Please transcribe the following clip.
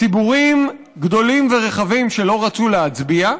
ציבורים גדולים ורחבים שלא רצו להצביע,